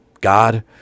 God